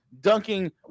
dunking